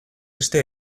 este